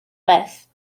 beth